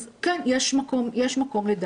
אז כן, יש מקום לדאגה.